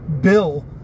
bill